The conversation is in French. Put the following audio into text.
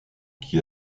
qui